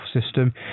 system